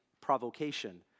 provocation